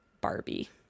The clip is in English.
Barbie